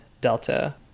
Delta